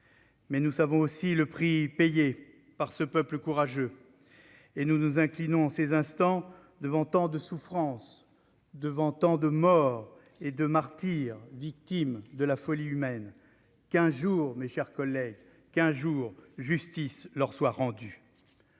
Mais nous savons aussi le prix payé par ce peuple courageux, et nous nous inclinons en ces instants devant tant de souffrances, devant tant de morts et de martyrs, victimes de la folie humaine. Que justice leur soit rendue